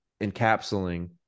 encapsulating